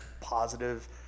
positive